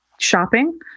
Shopping